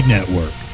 Network